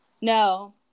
No